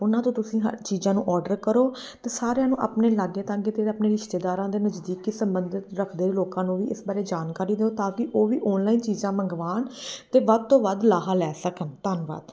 ਉਹਨਾਂ ਤੋਂ ਤੁਸੀਂ ਹਰ ਚੀਜ਼ਾਂ ਨੂੰ ਔਡਰ ਕਰੋ ਅਤੇ ਸਾਰਿਆਂ ਨੂੰ ਆਪਣੇ ਲਾਗੇ ਤਾਗੇ ਅਤੇ ਆਪਣੇ ਰਿਸ਼ਤੇਦਾਰਾਂ ਦੇ ਨਜ਼ਦੀਕੀ ਸੰਬੰਧਿਤ ਰੱਖਦੇ ਲੋਕਾਂ ਨੂੰ ਵੀ ਇਸ ਬਾਰੇ ਜਾਣਕਾਰੀ ਦਿਉ ਤਾਂ ਕਿ ਉਹ ਵੀ ਔਨਲਾਈਨ ਚੀਜ਼ਾਂ ਮੰਗਵਾਉਣ ਅਤੇ ਵੱਧ ਤੋਂ ਵੱਧ ਲਾਹਾ ਲੈ ਸਕਣ ਧੰਨਵਾਦ